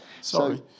Sorry